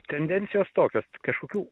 tendencijos tokios kažkokių